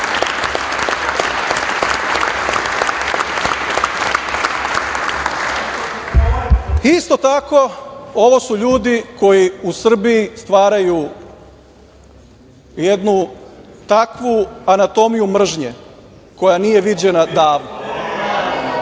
tako, ovo su ljudi koji u Srbiji stvaraju jednu takvu anatomiju mržnje koja nije viđena